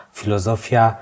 filozofia